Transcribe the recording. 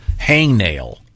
hangnail